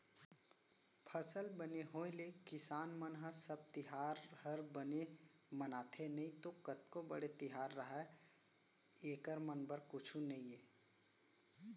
फसल बने होय ले किसान मन ह सब तिहार हर बने मनाथे नइतो कतको बड़े तिहार रहय एकर मन बर कुछु नइये